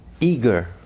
eager